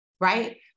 right